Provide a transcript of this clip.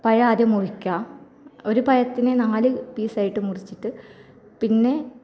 പഴം ആദ്യം മുറിക്കുക ഒരു പഴത്തിനെ നാല് പീസായിട്ട് മുറിച്ചിട്ട് പിന്നെ